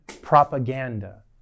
propaganda